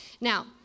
Now